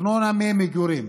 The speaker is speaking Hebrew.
ארנונה ממגורים.